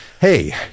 Hey